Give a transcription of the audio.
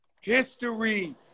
history